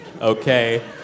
okay